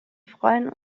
freuen